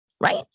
right